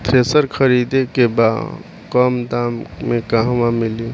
Thresher खरीदे के बा कम दाम में कहवा मिली?